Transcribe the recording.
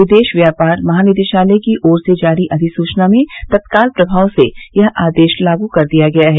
विदेश व्यापार महानिदेशालय की ओर से जारी अधिसूचना में तत्काल प्रभाव से यह आदेश लागू कर दिया गया है